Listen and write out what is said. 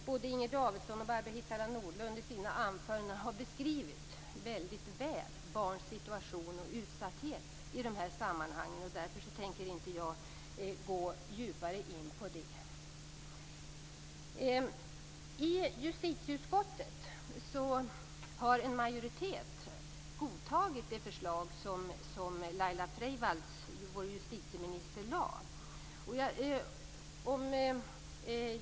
Både Inger Davidson och Barbro Hietala Nordlund har i sina anföranden väldigt väl beskrivit barns situation och utsatthet i de här sammanhangen, så därför tänker jag inte gå djupare in på det. I justitieutskottet har en majoritet godtagit det förslag som Laila Freivalds, vår justitieminister, lade fram.